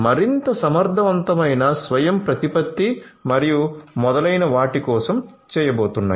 మరింత సమర్థవంతమైన స్వయంప్రతిపత్తి మరియు మొదలైనవ వాటి కోసం చేయబోతున్నాయి